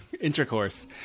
Intercourse